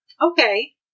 Okay